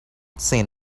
seen